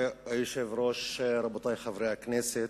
היושב-ראש, רבותי חברי הכנסת,